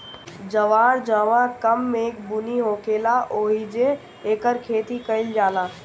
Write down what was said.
जवार जहवां कम मेघ बुनी होखेला ओहिजे एकर खेती कईल जाला